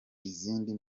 izindi